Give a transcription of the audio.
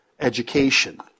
education